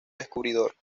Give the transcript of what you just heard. descubridor